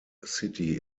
city